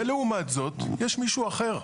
ולעומת זאת, יש מישהו אחר,